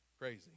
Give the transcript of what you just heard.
crazy